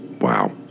Wow